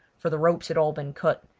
for the ropes had all been cut,